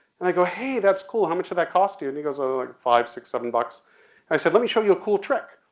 and i go, hey, that's cool, how much did that cost you? and he goes, oh like five, six, seven bucks. and i said, let me show you a cool trick.